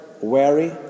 wary